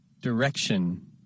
Direction